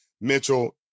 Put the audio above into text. Mitchell